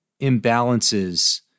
imbalances